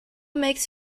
makes